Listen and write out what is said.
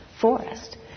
forest